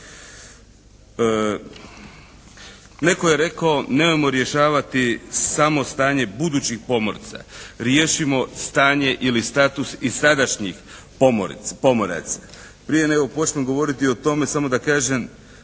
Netko je rekao nemojmo rješavati samo stanje budućih pomoraca. Riješimo stanje ili status i sadašnjih pomoraca. Prije nego počnem govoriti o tome samo da kažem